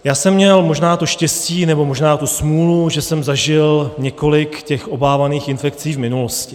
Já jsem měl možná to štěstí, nebo možná tu smůlu, že jsem zažil několik těch obávaných infekcí v minulosti.